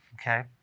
okay